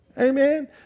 amen